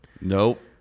Nope